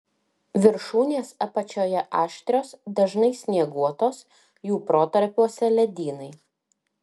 viršūnės apačioje aštrios dažnai snieguotos jų protarpiuose ledynai